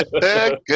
good